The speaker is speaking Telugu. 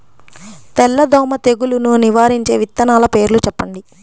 తెల్లదోమ తెగులును నివారించే విత్తనాల పేర్లు చెప్పండి?